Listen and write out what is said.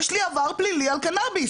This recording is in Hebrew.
יש לי ער פלילי על קנאביס.